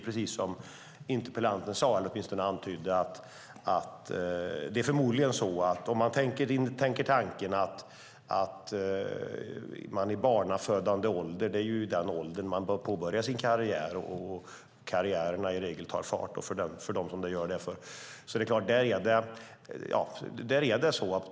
Det är ju i barnafödande ålder man påbörjar sin karriär och karriären tar fart för dem som den gör det för.